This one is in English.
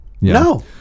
No